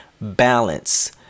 balance